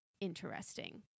interesting